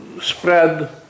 spread